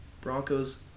Broncos